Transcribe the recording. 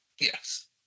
Yes